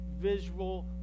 visual